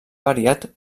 variat